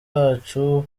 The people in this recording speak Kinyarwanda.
wacu